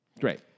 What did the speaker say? Great